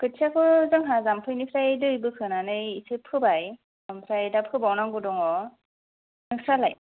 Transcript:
खोथियाखौ जोंहा जामफैनिफ्राय दै बोखोनानै एसे फोबाय दा फोबावनांगौ दङ नोंस्रालाय